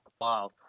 wow